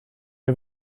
you